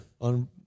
On